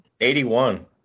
81